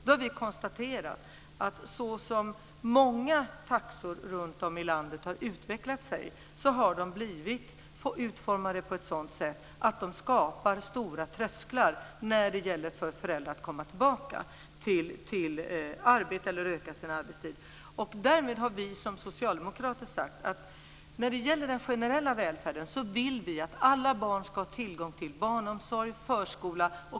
Vi har konstaterat att så som många taxor runtom i landet utvecklats har de kommit att skapa stora trösklar för föräldrarna när det gäller att komma tillbaka till arbetet eller att öka arbetstiden. Då har vi socialdemokrater sagt att vi när det gäller den generella välfärden vill att alla barn ska ha tillgång till barnomsorg och förskola.